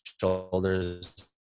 shoulders